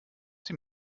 die